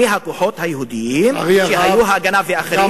אלה הכוחות היהודיים שהיו, "ההגנה" ואחרים.